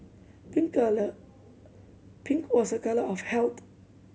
pink colour pink was a colour of health